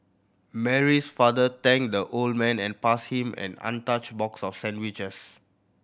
Mary's father thanked the old man and passed him an untouched box of sandwiches